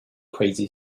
crazy